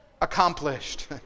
Accomplished